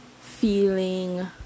feeling